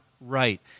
right